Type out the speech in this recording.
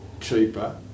cheaper